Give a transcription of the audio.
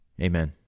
amen